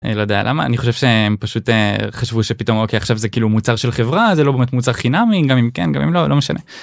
אני לא יודע למה, אני חושב שהם פשוט חשבו שפתאום, אוקיי, עכשיו זה כאילו מוצר של חברה, אז זה לא באמת מוצר חינמי, אם גם אם כן, גם אם לא, לא משנה.